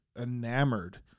Enamored